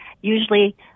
Usually